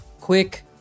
quick